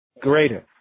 greater